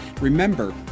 Remember